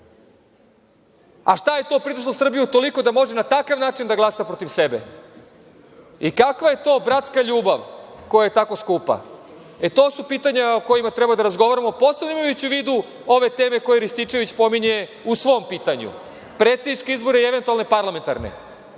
je to pritislo Srbiju toliko da može na takav način da glasa protiv sebe? Kakva je to bratska ljubav koja je tako skupa? To su pitanja o kojima treba da razgovaramo, posebno imajući u vidu ove teme koje Rističević pominje u svom pitanju. Predsedničke izbore i eventualne parlamentarne.